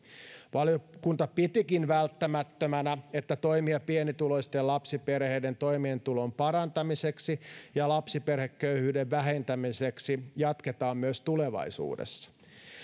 valiokunta pitikin välttämättömänä että toimia pienituloisten lapsiperheiden toimeentulon parantamiseksi ja lapsiperheköyhyyden vähentämiseksi jatketaan myös tulevaisuudessa